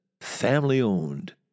family-owned